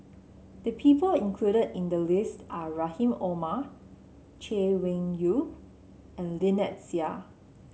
the people included in the list are Rahim Omar Chay Weng Yew and Lynnette Seah